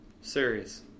Serious